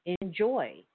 enjoy